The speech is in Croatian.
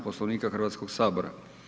Poslovnika Hrvatskog sabora.